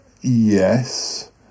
Yes